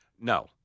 No